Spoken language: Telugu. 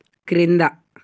క్రింద